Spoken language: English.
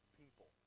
people